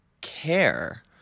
care